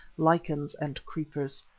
lichens, and creepers.